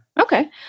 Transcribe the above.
Okay